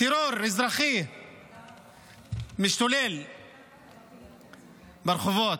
טרור אזרחי משתולל ברחובות.